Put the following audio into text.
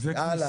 הלאה.